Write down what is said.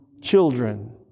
children